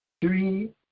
Three